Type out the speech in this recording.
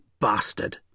bastard